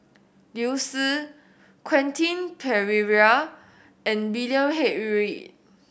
Liu Si Quentin Pereira and William H Read